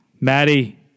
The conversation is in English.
Maddie